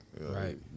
right